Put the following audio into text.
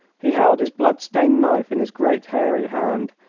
he held his blood-stained knife in his great, hairy hand,